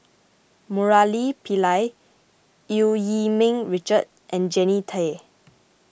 Murali Pillai Eu Yee Ming Richard and Jannie Tay